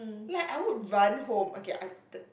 like I would run home okay I